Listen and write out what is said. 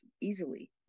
easily